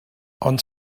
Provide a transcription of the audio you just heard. ond